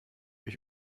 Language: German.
ich